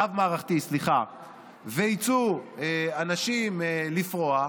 ויצאו אנשים לפרוע,